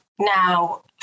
Now